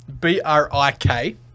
B-R-I-K